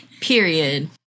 period